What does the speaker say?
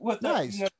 Nice